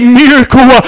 miracle